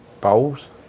bowls